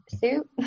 suit